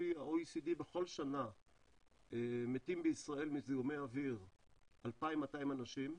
לפי ה-OECD בכל שנה מתים בישראל מזיהומי אוויר 2,200 אנשים,